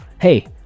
Hey